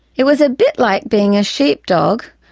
it was a bit like being a sheep dog,